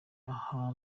aha